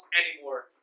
anymore